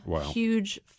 huge